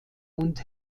und